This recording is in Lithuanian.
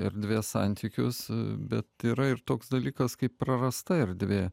erdvės santykius bet yra ir toks dalykas kaip prarasta erdvė